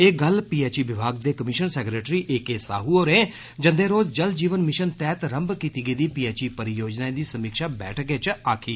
एह् गल्ल पीएचई विभाग दे commissioner secretary A K Sahu होरें जंदे रोज जल जीवन मिषन तैह्त रंभ कीती गेदी पीएचई परियोजनाएं दी समीक्षा बैठक च आक्खी